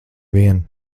vien